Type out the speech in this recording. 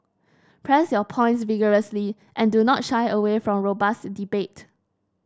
press your points vigorously and do not shy away from robust debate